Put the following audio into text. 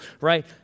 right